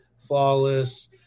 Flawless